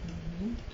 mmhmm